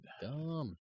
Dumb